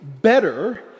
better